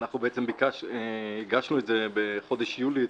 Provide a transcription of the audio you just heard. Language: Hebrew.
אנחנו הגשנו את התיקון בחודש יולי,